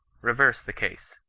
reverse the case.